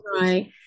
right